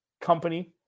company